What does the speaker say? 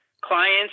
clients